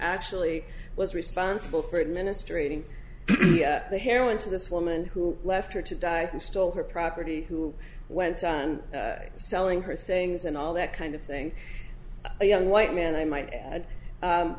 actually was responsible for administering the heroin to this woman who left her to die who stole her property who went on selling her things and all that kind of thing a young white man i might add